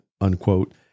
unquote